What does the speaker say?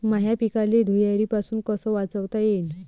माह्या पिकाले धुयारीपासुन कस वाचवता येईन?